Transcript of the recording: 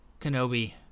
Kenobi